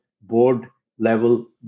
board-level